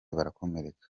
barakomereka